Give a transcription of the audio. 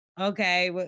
okay